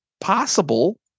possible